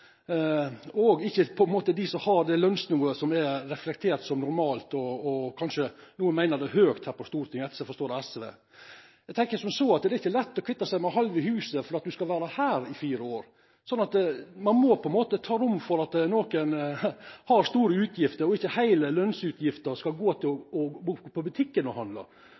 samfunnet, og ikkje berre dei som har det lønsnivået som er reflektert som normalt. Kanskje nokon meiner det er høgt her på Stortinget, slik eg forstår SV. Eg tenkjer som så at det ikkje er lett å kvitta seg med halve huset for at ein skal vera her i fire år. Ein må ha rom for at nokon har store utgifter, og at ikkje heile lønsinntekta skal gå til å gå på butikken og handla.